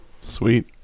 sweet